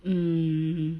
mm